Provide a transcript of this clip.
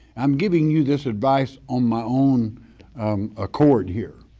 i'm giving you this advice on my own accord here.